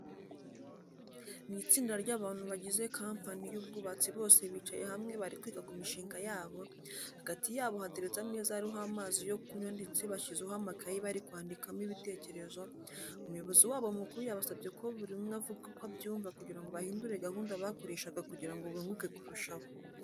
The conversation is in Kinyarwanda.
Ni itsinda ry'abantu bagize kampani y'ubwubatsi bose bicaye hamwe bari kwiga ku mishinga yabo, hagati yabo hateretse ameza ariho amazi yo kunywa ndetse bashyizeho amakayi bari kwandikamo ibitekerezo, umuyobozi wabo mukuru yabasabye ko buri umwe avuga uko abyumva kugira ngo bahindure gahunda bakoreshaga kugira ngo bunguke kurushaho.